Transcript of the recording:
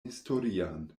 historian